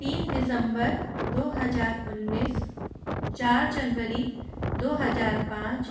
तीन दिसंबर दो हजार उन्नीस चार जनवरी दो हजार पाँच